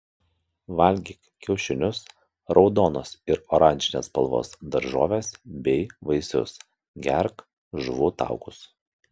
valgyk kiaušinius raudonos ir oranžinės spalvos daržoves bei vaisius gerk žuvų taukus